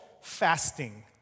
Fasting